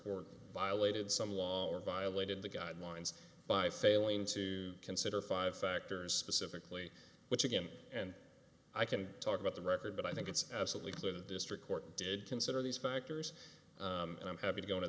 court violated some law or violated the guidelines by failing to consider five factors specifically which again and i can talk about the record but i think it's absolutely clear the district court did consider these factors and i'm happy to go